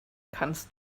kannst